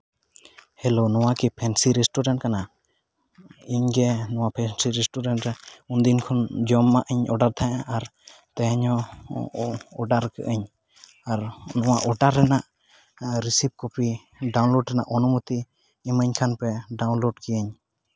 hello ᱱᱚᱣᱟᱠᱤ fancy restaurant ᱠᱟᱱᱟ ᱤᱧᱜᱮ ᱯᱷᱮᱱᱥᱤ ᱨᱮᱥᱴᱩᱨᱮᱱᱴ ᱨᱮ ᱩᱱᱫᱤᱱ ᱠᱷᱚᱱ ᱡᱚᱢᱟᱜ ᱤᱧ ᱚᱰᱟᱨ ᱛᱟᱦᱮᱸᱫᱼᱟ ᱟᱨ ᱛᱮᱦᱤᱧ ᱦᱚᱸ ᱚᱰᱟᱨ ᱠᱟᱫ ᱟᱹᱧ ᱟᱨ ᱱᱚᱣᱟ ᱚᱰᱟᱨ ᱨᱮᱱᱟᱜ ᱨᱮᱥᱤᱯ ᱠᱚᱯᱤ ᱰᱟᱣᱩᱱᱞᱳᱰ ᱨᱮᱱᱟᱜ ᱚᱱᱩᱢᱚᱛᱤ ᱤᱢᱟᱹᱧ ᱠᱷᱟᱱᱯᱮ ᱰᱟᱣᱩᱱᱞᱳᱰ ᱠᱮᱭᱟᱹᱧ